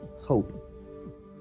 hope